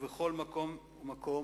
בכל מקום ומקום,